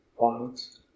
violence